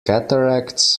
cataracts